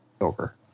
over